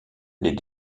les